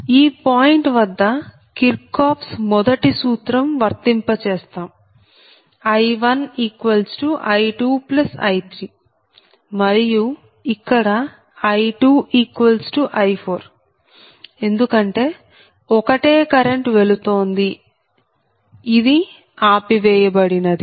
ఈ పాయింట్ వద్ద కిర్చ్చోఫ్స్Kirchhoff's మొదటి సూత్రం వర్తింప చేస్తాం I1I2I3 మరియు ఇక్కడ I2I4 ఎందుకంటే ఒకటే కరెంట్ వెళుతోంది ఇది ఆపివేయబడినది